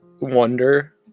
Wonder